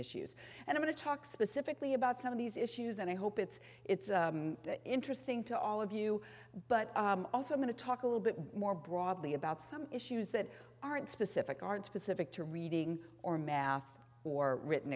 issues and want to talk specifically about some of these issues and i hope it's it's interesting to all of you but also going to talk a little bit more broadly about some issues that aren't specific aren't specific to reading or math or written